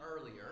earlier